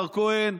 מר כהן,